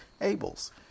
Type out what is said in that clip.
Abel's